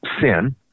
sin